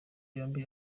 yombi